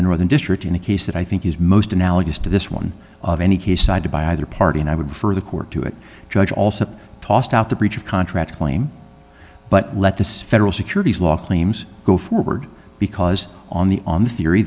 the northern district in a case that i think is most analogous to this one of any case cited by either party and i would refer the court to it judge also tossed out the breach of contract claim but let this federal securities law claims go forward because on the on the theory